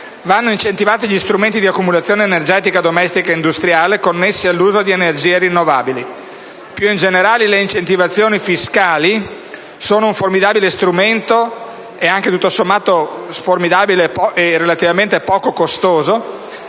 vanno incentivati gli strumenti di accumulazione energetica domestica e industriale, connessi all'uso di energie rinnovabili. Più in generale, le incentivazioni fiscali sono un formidabile - e, tutto sommato, relativamente poco costoso